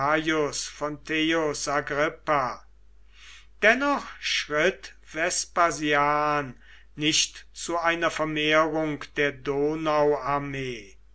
dennoch schritt vespasian nicht zu einer vermehrung der donauarmee